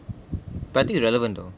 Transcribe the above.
but I think it relevant though